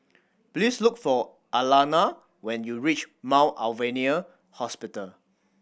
please look for Alana when you reach Mount Alvernia Hospital